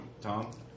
Tom